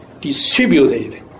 distributed